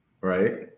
Right